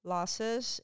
Losses